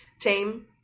team